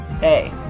Hey